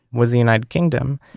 was the united kingdom.